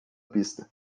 pista